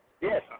yes